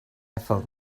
felt